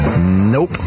Nope